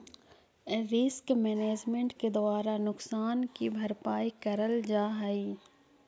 risk management के द्वारा नुकसान की भरपाई करल जा हई